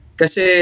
kasi